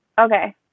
okay